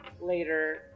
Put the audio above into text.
later